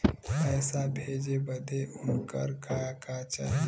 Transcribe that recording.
पैसा भेजे बदे उनकर का का चाही?